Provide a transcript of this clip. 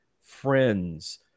friends